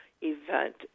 event